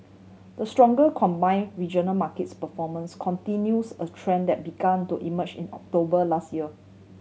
the stronger combined regional markets performance continues a trend that began to emerge in October last year